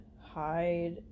hide